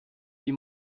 die